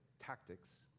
tactics